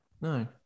No